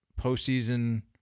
postseason